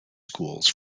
schools